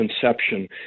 Conception